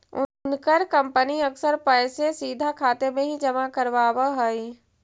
उनकर कंपनी अक्सर पैसे सीधा खाते में ही जमा करवाव हई